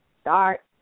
start